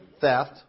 theft